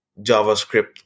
JavaScript